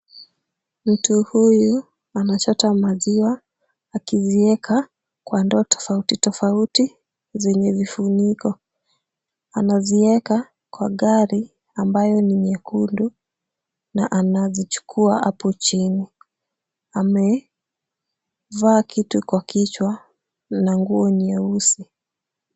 Mtu huyu anachota maziwa akizieka kwa ndoo tofauti tofauti zenye vifuniko. Anazieka kwa gari ambayo ni nyekundu na anazichukua hapo chini. Amevaa kitu kwa kichwa na nguo nyeusi.